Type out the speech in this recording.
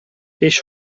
ich